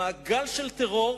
במעגל של טרור,